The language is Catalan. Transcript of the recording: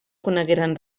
conegueren